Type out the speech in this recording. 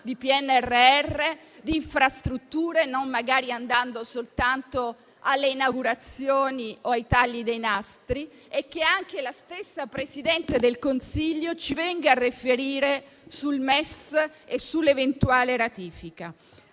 di PNRR, di infrastrutture, non andando soltanto alle inaugurazioni o ai tagli dei nastri, e che la stessa Presidente del Consiglio ci venga a riferire sul MES e sulla sua eventuale ratifica.